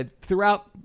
Throughout